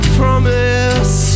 promise